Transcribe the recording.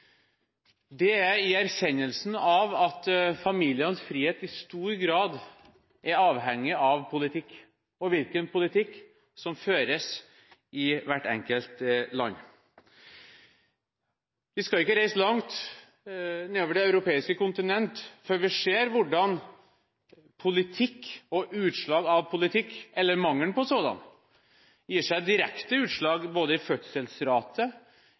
Det er i erkjennelsen av at familienes frihet i stor grad er avhengig av politikk og av hvilken politikk som føres i hvert enkelt land. Vi skal ikke reise langt nedover det europeiske kontinentet før vi ser hvordan politikk – eller mangel på sådan – gir seg direkte utslag i både fødselsrate, i